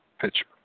picture